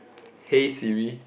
hey Siri